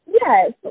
Yes